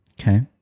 Okay